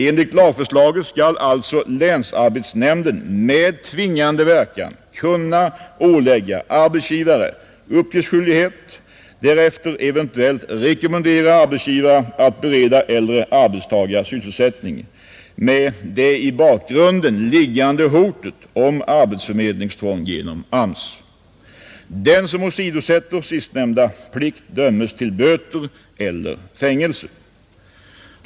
Enligt lagförslaget skall alltså länsarbetsnämnden med tvingande verkan kunna ålägga arbetsgivare uppgiftsskyldighet, därefter eventuellt rekommendera arbetsgivare att bereda äldre arbetstagare sysselsättning med det i bakgrunden liggande hotet om arbetsförmedlingstvång genom AMS. Den som åsidosätter sistnämnda plikt dömes till böter eller fängelse.